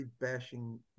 bashing